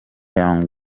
young